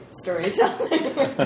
Storytelling